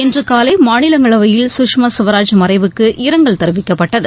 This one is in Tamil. இன்று காலை மாநிலங்களவையில் சுஷ்மா ஸ்வராஜ் மறைவுக்கு இரங்கல் தெரிவிக்கப்பட்டது